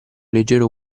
leggero